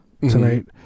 tonight